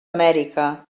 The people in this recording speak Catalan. amèrica